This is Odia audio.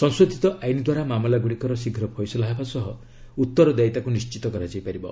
ସଂଶୋଧିତ ଆଇନ୍ ଦ୍ୱାରା ମାମଲାଗୁଡ଼ିକର ଶୀଘ୍ର ଫଇସଲା ହେବା ସହ ଉତ୍ତରଦାୟିତାକୁ ନିଶ୍ଚିତ କରାଯାଇ ପାରିବ